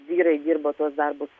vyrai dirba tuos darbus